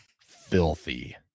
filthy